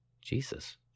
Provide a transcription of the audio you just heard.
jesus